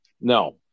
No